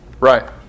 Right